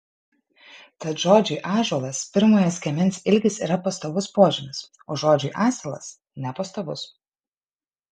tad žodžiui ąžuolas pirmojo skiemens ilgis yra pastovus požymis o žodžiui asilas nepastovus